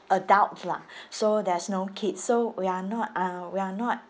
adults lah so there's no kids so we are not uh we are not